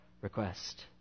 request